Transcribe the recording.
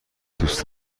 دوست